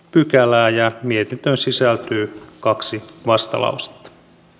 pykälää ja mietintöön sisältyy kaksi vastalausetta